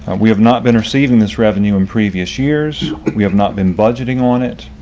and we have not been receiving this revenue in previous years, we have not been budgeting on it.